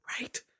Right